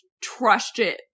trusted